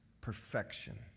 perfection